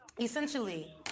essentially